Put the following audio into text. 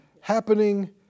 happening